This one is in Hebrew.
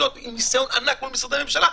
עם ניסיון ענק מול משרדי הממשלה,